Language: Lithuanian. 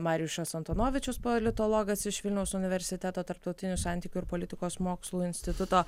marijušas antonovičius politologas iš vilniaus universiteto tarptautinių santykių ir politikos mokslų instituto